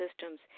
systems